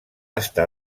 estar